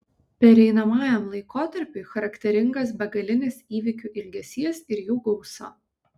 pereinamajam laikotarpiui charakteringas begalinis įvykių ilgesys ir jų gausa